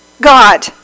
God